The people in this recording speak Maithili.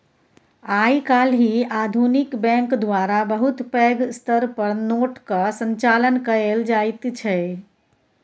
आइ काल्हि आधुनिक बैंक द्वारा बहुत पैघ स्तर पर नोटक संचालन कएल जाइत छै